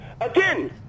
Again